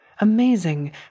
Amazing